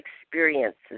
experiences